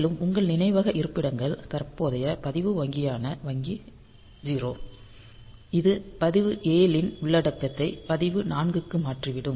மேலும் உங்கள் நினைவக இருப்பிடங்கள் தற்போதைய பதிவு வங்கியான வங்கி 0 இது பதிவு 7 இன் உள்ளடக்கத்தை பதிவு 4 க்கு மாற்றி விடும்